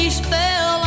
spell